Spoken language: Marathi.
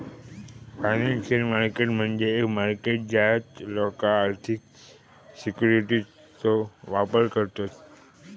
फायनान्शियल मार्केट म्हणजे एक मार्केट ज्यात लोका आर्थिक सिक्युरिटीजचो व्यापार करतत